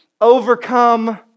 overcome